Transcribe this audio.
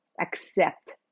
Accept